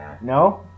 No